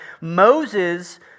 Moses